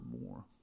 more